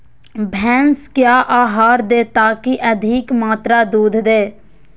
भैंस क्या आहार दे ताकि अधिक मात्रा दूध दे?